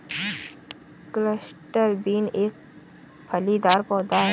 cluster bean एक फलीदार पौधा है